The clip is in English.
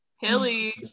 Hilly